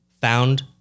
found